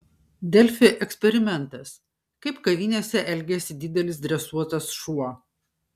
delfi eksperimentas kaip kavinėse elgiasi didelis dresuotas šuo